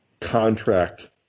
contract